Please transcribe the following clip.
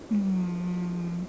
um